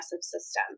system